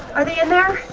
are they in there?